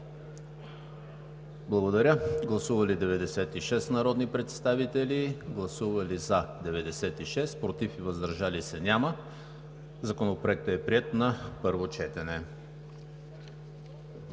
г. Гласували 96 народни представители: за 96, против и въздържали се няма. Законопроектът е приет на първо четене.